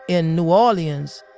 in new orleans,